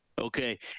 Okay